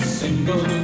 single